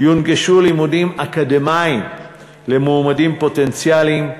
יונגשו לימודים אקדמיים למועמדים פוטנציאליים,